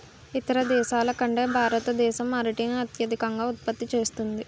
ఇతర దేశాల కంటే భారతదేశం అరటిని అత్యధికంగా ఉత్పత్తి చేస్తుంది